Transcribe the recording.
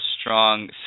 strong